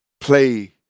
play